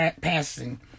passing